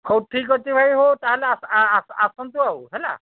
ହଉ ଠିକ୍ ଅଛି ଭାଇ ହୋ ତାହାଲେ ଆସ ଆସନ୍ତୁ ଆଉ ହେଲା